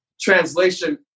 translation